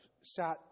sat